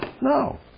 No